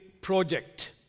Project